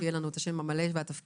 שיהיה לנו את השם המלא והתפקיד.